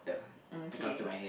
okay